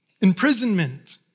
imprisonment